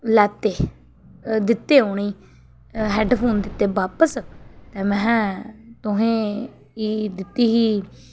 लैते दित्ते उ'नेंई हैडफोन दित्ते बापस ते मेहें तोहें एह दित्ती ही